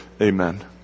Amen